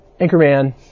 Anchorman